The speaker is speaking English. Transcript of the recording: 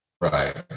right